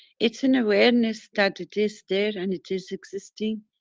it's an awareness that it is there and it is existing.